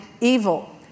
evil